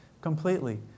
completely